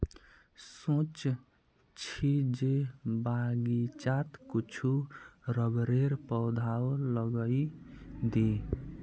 सोच छि जे बगीचात कुछू रबरेर पौधाओ लगइ दी